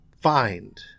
find